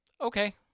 okay